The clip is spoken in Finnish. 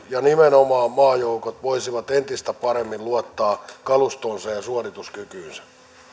ja nimenomaan maajoukot voisivat entistä paremmin luottaa kalustoonsa ja suorituskykyynsä